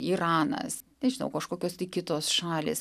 iranas nežinau kažkokios tai kitos šalys